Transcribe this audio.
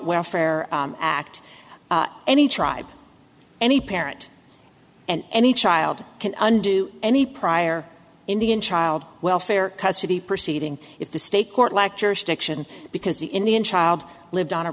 welfare act any tribe any parent and any child can undo any prior indian child welfare custody proceeding if the state court lacked jurisdiction because the indian child lived on a